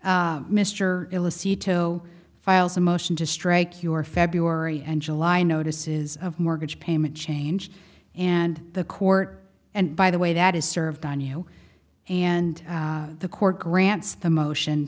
seato files a motion to strike your february and july notices of mortgage payment change and the court and by the way that is served on you and the court grants the motion